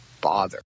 bother